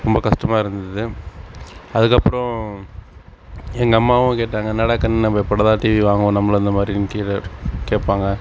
ரொம்ப கஷ்டமாக இருந்தது அதுக்கப்புறம் எங்கள் அம்மாவும் கேட்டாங்க என்னடா கண்ணு நம்ம எப்போடா டிவி வாங்குவோம் நம்மளும் இந்தமாதிரி கேட்பாங்க